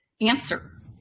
answer